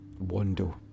Wando